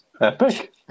Epic